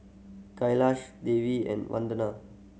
Kailash Devi and Vandana